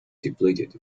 depleted